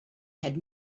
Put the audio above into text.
had